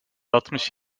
altmış